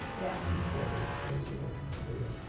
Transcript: yeah. i'm very lazy when it comes to video,